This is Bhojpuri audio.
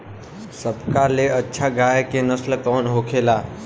सबका ले अच्छा गाय के नस्ल कवन होखेला?